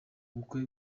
bukwe